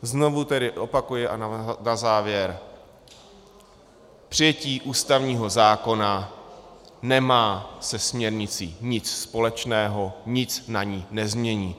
Znovu tedy opakuji a na závěr: přijetí ústavního zákona nemá se směrnicí nic společného, nic na ní nezmění.